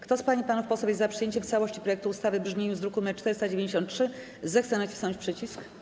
Kto z pań i panów posłów jest za przyjęciem w całości projektu ustawy w brzmieniu z druku nr 493, zechce nacisnąć przycisk.